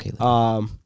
okay